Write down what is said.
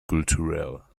culturelle